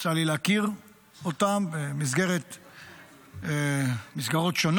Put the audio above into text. יצא לי להכיר אותם במסגרות שונות,